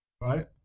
right